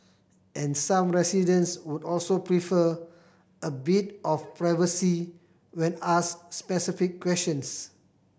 and some residents would also prefer a bit of privacy when asked specific questions